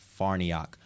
Farniak